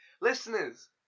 Listeners